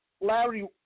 Larry